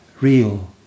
real